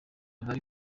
bari